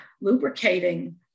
lubricating